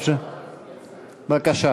בבקשה.